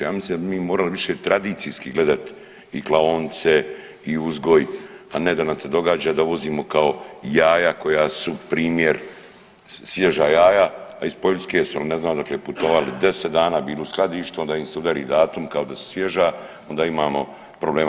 Ja mislim da bi mi morali više tradicijski gledat i klaonice i uzgoj, a ne da nam se događa da uvozimo kao jaja koja su primjer, svježa jaja, a iz Poljske su ne znam odakle putovali, 10 dana bili u skladištu onda im se udari datum kao da su svježa, onda imam problema.